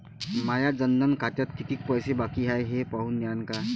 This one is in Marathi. माया जनधन खात्यात कितीक पैसे बाकी हाय हे पाहून द्यान का?